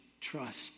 trust